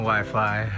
Wi-Fi